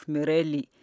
Mirelli